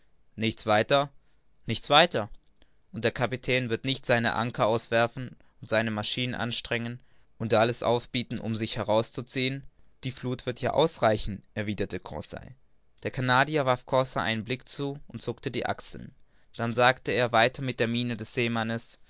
nichts weiter nichts weiter und der kapitän wird nicht seine anker auswerfen und seine maschinen anstrengen und alles aufbieten um sich heraus zu ziehen die fluth wird ja ausreichen erwiderte conseil der canadier warf conseil einen blick zu und zuckte die achseln dann sagte er weiter mit der miene des seemannes